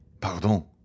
Pardon